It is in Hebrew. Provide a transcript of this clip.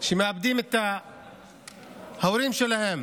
שמאבדים את ההורים שלהם